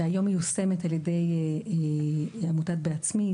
שהיום מיושמת על ידי עמותת "בעצמי",